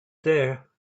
there